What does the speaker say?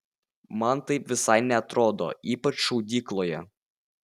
man taip visai neatrodo ypač šaudykloje